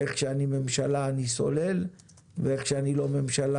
איך כשאני ממשלה אני סולל ואיך כשאני לא ממשלה